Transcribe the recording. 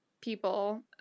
people